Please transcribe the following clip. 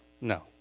No